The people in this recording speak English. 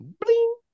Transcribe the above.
Bling